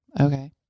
Okay